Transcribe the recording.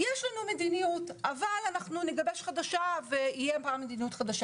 "יש לנו מדיניות אבל אנחנו נגבש חדשה ותהיה מדיניות חדשה".